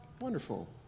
wonderful